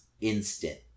instant